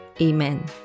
Amen